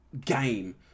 game